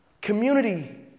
Community